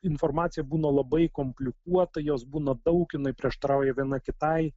informacija būna labai komplikuota jos būna jinai prieštarauja viena kitai